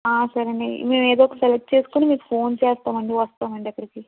సరే అండీ మేం ఎదో ఒకటి సెలక్ట్ చేసుకొని మీకు ఫోన్ చేస్తామండి వస్తామండి అక్కడికి